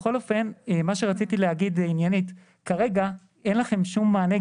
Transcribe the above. בכל אופן מה שרציתי להגיד עניינית זה שכרגע אין לכם שום מענה,